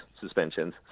suspensions